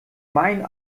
meinen